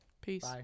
Peace